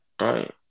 right